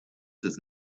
does